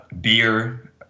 beer